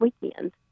weekend